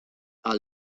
are